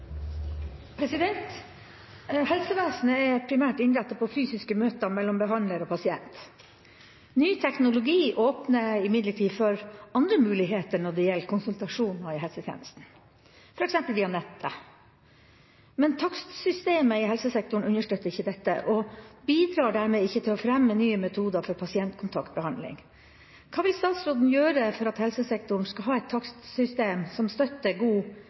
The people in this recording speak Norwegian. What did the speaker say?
primært innrettet på fysiske møter mellom behandler og pasient. Ny teknologi åpner imidlertid for andre muligheter når det gjelder konsultasjoner i helsetjenesten, for eksempel via nettet. Men takstsystemet i helsesektoren understøtter ikke dette, og bidrar dermed ikke til å fremme nye metoder for pasientkontakt eller behandling. Hva vil statsråden gjøre for at helsesektoren skal ha et takstsystem som støtter